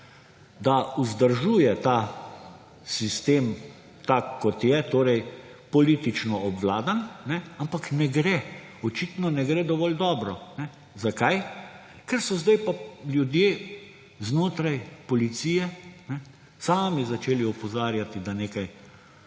da vzdržuje ta sistem, tak kot je, torej politično obvladan, ampak očitno ne gre dovolj dobro. Zakaj? Ker so sedaj pa ljudje znotraj policije sami začeli opozarjati, da nekaj